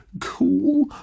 cool